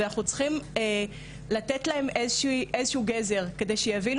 ואנחנו צריכים לתת להם איזשהו גזר כדי שיבינו